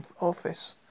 office